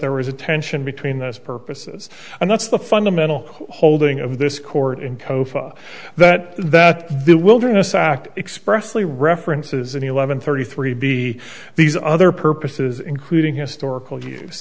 there was a tension between those purposes and that's the fundamental holding of this court in copa that that the wilderness act expressly references an eleven thirty three b these other purposes including historical use